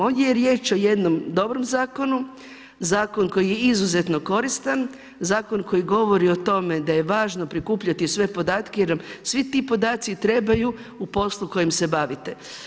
Ovdje je riječ o jednom dobrom zakonu, zakon koji je izuzetno koristan, zakon koji govori o tome da je važno prikupljati sve podatke jer nam svi ti podaci trebaju u poslu kojim se bavite.